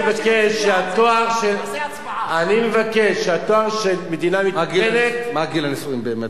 שהתואר של מדינה מתוקנת, מה גיל הנישואין באמת